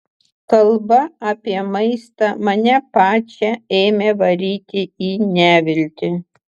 kalba apie maistą mane pačią ėmė varyti į neviltį